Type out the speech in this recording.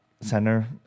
center